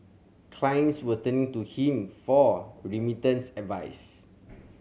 clients were turning to him for remittance advice